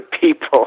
people